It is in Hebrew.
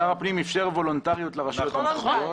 שר הפנים אפשר וולונטריות לרשויות המקומיות.